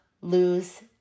lose